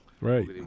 Right